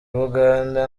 bugande